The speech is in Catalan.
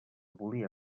volia